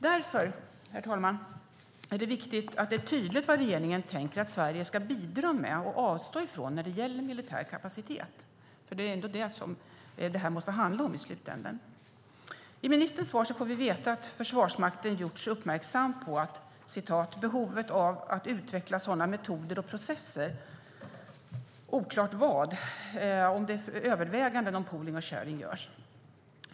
Därför, herr talman, är det viktigt att det är tydligt vad regeringen tänker att Sverige ska bidra med och avstå från när det gäller militär kapacitet, för det är ändå det som det här måste handla om i slutänden. I ministerns svar får vi veta att Försvarsmakten gjorts uppmärksam på att "behovet av att utveckla sådana metoder och processer" - oklart vad, om överväganden om pooling and sharing görs.